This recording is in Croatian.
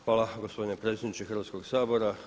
Hvala gospodine predsjedniče Hrvatskog sabora.